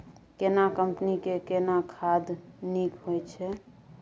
केना कंपनी के केना खाद नीक होय छै?